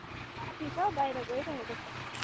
साथी छ बाहिर गइराखेको छ